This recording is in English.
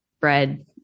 bread